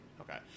Okay